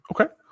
Okay